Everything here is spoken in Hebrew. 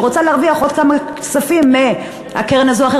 שרוצה להרוויח עוד כמה כספים מקרן זו או אחרת,